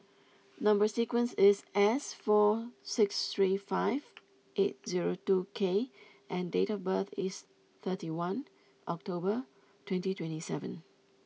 number sequence is S four six three five eight zero two K and date of birth is thirty one October twenty twenty seven